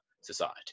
society